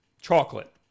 Chocolate